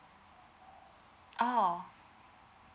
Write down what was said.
oh